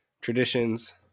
Traditions